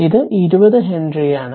ഇത് 20 ഹെൻറിയാണ്